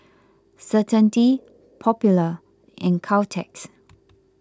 Certainty Popular and Caltex